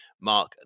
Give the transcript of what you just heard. Mark